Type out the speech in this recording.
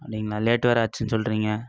அப்படிங்ளா லேட்டு வேறே ஆச்சின் சொல்கிறீங்க